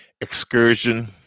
excursion